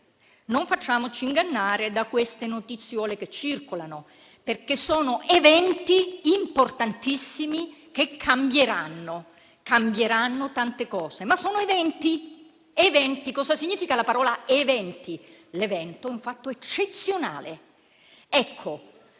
Non facciamoci ingannare da queste notiziole che circolano, perché sono eventi importantissimi che cambieranno tante cose. Sono eventi e cosa significa la parola «eventi»? L'evento è un fatto eccezionale. Ecco,